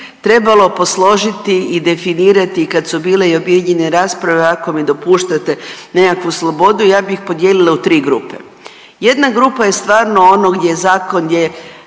trebalo posložiti i definirati i kad su bile objedinjene rasprave ako mi dopuštate nekakvu slobodu. Ja bi ih podijelila u tri grupe. Jedna grupa je stvarno ono gdje zakon